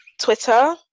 Twitter